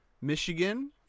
Michigan